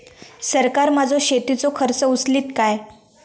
सरकार माझो शेतीचो खर्च उचलीत काय?